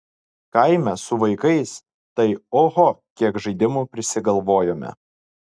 kaime su vaikais tai oho kiek žaidimų prisigalvojame